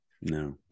no